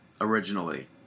originally